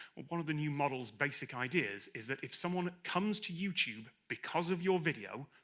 one of the new model's basic ideas is that if someone comes to youtube, because of your video,